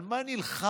על מה נלחמתם,